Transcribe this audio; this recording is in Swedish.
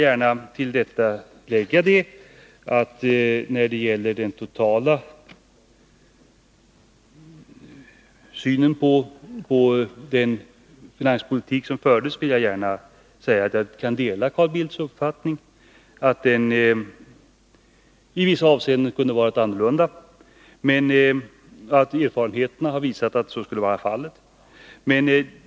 När det gäller den totala synen på den finanspolitik som fördes vill jag gärna tillägga att jag delar Carl Bildts uppfattning att den i vissa avseenden kunde ha varit annorlunda och att erfarenheterna har visat att så borde ha varit fallet.